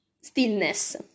stillness